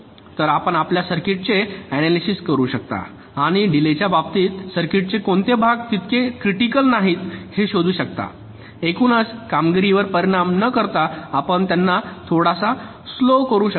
तर आपण आपल्या सर्किटचे ऍनालीसिस करू शकता आणि डिलेयच्या बाबतीत सर्किटचे कोणते भाग तितकेसे क्रिटिकल नाहीत हे शोधू शकता एकूणच कामगिरीवर परिणाम न करता आपण त्यांना थोडासा स्लो करू शकता